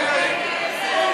שמית.